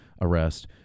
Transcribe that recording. arrest